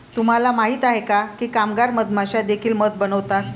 तुम्हाला माहित आहे का की कामगार मधमाश्या देखील मध बनवतात?